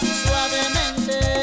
suavemente